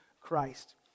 Christ